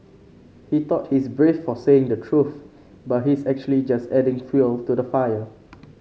he thought he's brave for saying the truth but he's actually just adding fuel to the fire